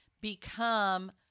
become